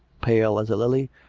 pale as a lily,